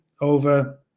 over